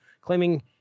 claiming